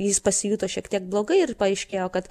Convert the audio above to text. jis pasijuto šiek tiek blogai ir paaiškėjo kad